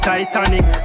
Titanic